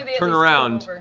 turn around.